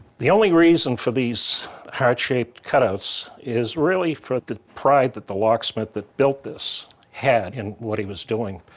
the only reason for these heart-shaped cutouts is really for the pride that the locksmith that built this had in what he was doing.